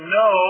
no